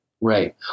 Right